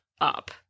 up